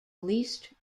least